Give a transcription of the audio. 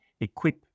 equip